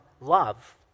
love